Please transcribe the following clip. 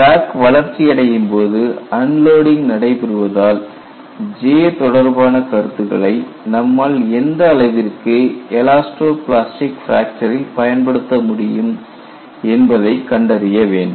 crack வளர்ச்சி அடையும்போது unloading நடைபெறுவதால் J தொடர்பான கருத்துகளை நம்மால் எந்த அளவிற்குப் எலாஸ்டோ பிளாஸ்டிக் பிராக்சரில் பயன்படுத்த முடியும் என்பதை கண்டறிய வேண்டும்